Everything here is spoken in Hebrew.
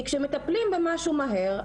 כשמטפלים במשהו מהר,